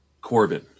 Corbin